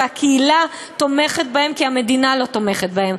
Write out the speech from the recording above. והקהילה תומכת בהם כי המדינה לא תומכת בהם.